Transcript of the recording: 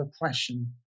oppression